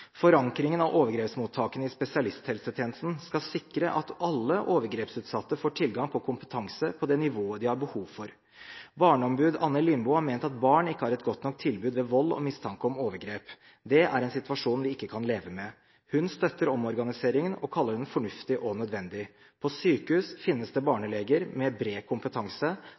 Forankringen av overgrepsmottakene i spesialisthelsetjenesten skal sikre at alle overgrepsutsatte får tilgang på kompetanse på det nivået de har behov for. Barneombud Anne Lindboe har ment at barn ikke har et godt nok tilbud ved vold og mistanke om overgrep. Det er en situasjon vi ikke kan leve med. Hun støtter omorganiseringen og kaller den fornuftig og nødvendig. På sykehus finnes det barneleger med bred kompetanse.